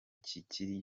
kikiri